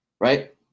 right